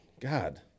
God